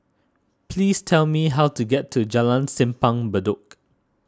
please tell me how to get to Jalan Simpang Bedok